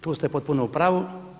Tu ste potpuno u pravu.